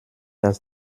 das